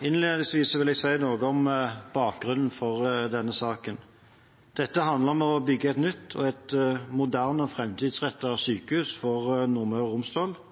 Innledningsvis vil jeg si noe om bakgrunnen for denne saken. Dette handler om å bygge et nytt og moderne og framtidsrettet sykehus for Nordmøre og Romsdal –